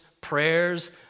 prayers